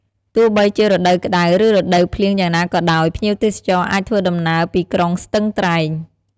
ទោះបីជារដូវក្តៅ ឬរដូវភ្លៀងយ៉ាងណាក៏ដោយ ភ្ញៀវទេសចរអាចធ្វើដំណើរពីក្រុងស្ទឹងត្រែង ។